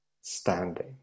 standing